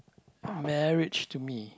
marriage to me